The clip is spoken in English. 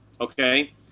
okay